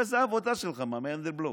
הרי זו עבודה שלך, מר מנדלבלוף.